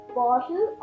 bottle